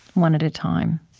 one at a time